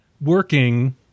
working